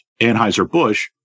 anheuser-busch